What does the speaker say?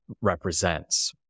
represents